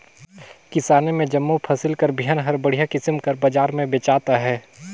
किसानी में जम्मो फसिल कर बीहन हर बड़िहा किसिम कर बजार में बेंचात अहे